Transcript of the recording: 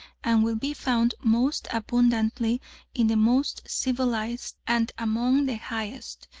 and will be found most abundantly in the most civilised and among the highest,